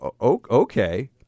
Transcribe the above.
Okay